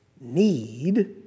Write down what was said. need